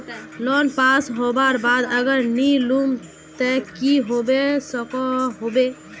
Loan pass होबार बाद अगर नी लुम ते की होबे सकोहो होबे?